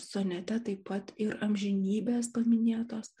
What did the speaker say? sonete taip pat ir amžinybės paminėtos